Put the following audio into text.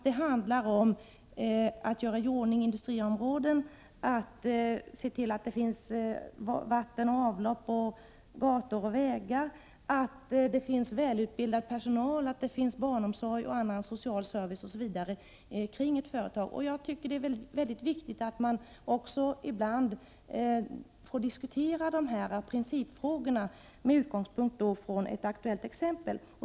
Det handlar om att göra i ordning industriområden, att se till att det finns vatten och avlopp, gator och vägar, att det finns välutbildad personal, att det finns barnomsorg och annan social service m.m. kring ett företag. Jag tycker att det är väldigt viktigt att ibland få diskutera de här principfrågorna med utgångspunkt i ett aktuellt exempel.